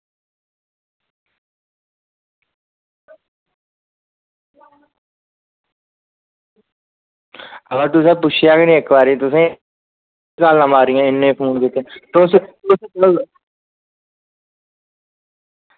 अवा तुसें पुच्छेआ गै नेईं इक बारी तुसेंई मिस कालां मारियां इन्ने फोन कीते तुस तुस